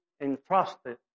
entrusted